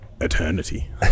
eternity